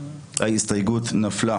הצבעה הסתייגות נדחתה.